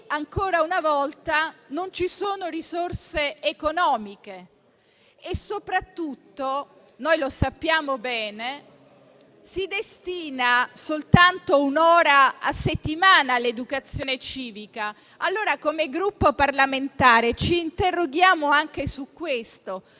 ancora una volta, non ci sono risorse economiche e soprattutto - noi lo sappiamo bene - si destina soltanto un'ora a settimana all'educazione civica. Allora come Gruppo parlamentare ci interroghiamo anche su questo: